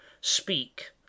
Speak